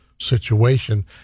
situation